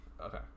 okay